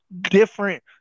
different